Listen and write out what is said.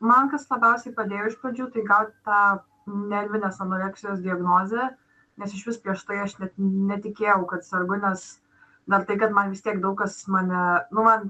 man kas labiausiai padėjo iš pradžių tai gal ta nervinės anoreksijos diagnozė nes išvis prieš tai aš net netikėjau kad sergu nes dar tai kad man vis tiek daug kas mane nu man